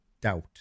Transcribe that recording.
doubt